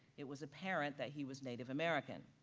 it was apparent that he was native american.